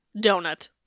donut